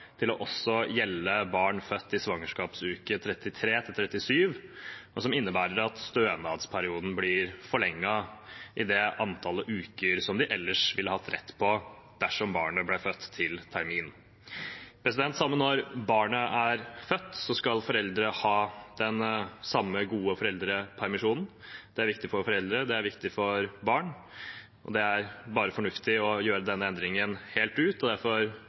til også å gjelde barn født i svangerskapsuke 33–37, og som innebærer at stønadsperioden blir forlenget i det antallet uker som de ellers ville hatt rett på dersom barnet blei født til termin». Samme når barnet er født, skal foreldre ha den samme gode foreldrepermisjonen. Det er viktig for foreldre, og det er viktig for barn. Det er bare fornuftig å gjøre denne endringen helt ut, og derfor